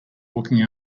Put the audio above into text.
walking